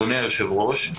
היושב-ראש,